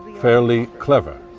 fairly clever,